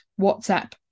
WhatsApp